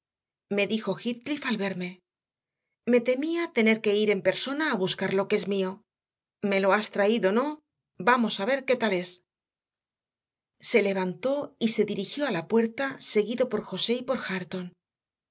me dijo heathcliff al verme me temía tener que ir en persona a buscar lo que es mío me lo has traído no vamos a ver qué tal es se levantó y se dirigió a la puerta seguido por josé y por hareton